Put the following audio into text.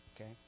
okay